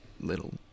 little